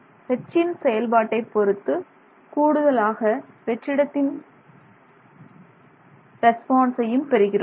H ன் செயல்பாட்டை பொறுத்து கூடுதலாக வெற்றிடத்தின் ரெஸ்பான்ஸையும் பெறுகிறோம்